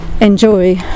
enjoy